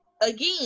again